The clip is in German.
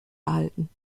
erhalten